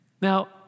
Now